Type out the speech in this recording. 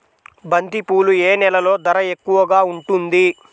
బంతిపూలు ఏ నెలలో ధర ఎక్కువగా ఉంటుంది?